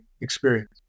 experience